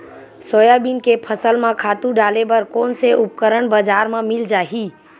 Soybean के फसल म खातु डाले बर कोन से उपकरण बजार म मिल जाहि?